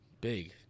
Big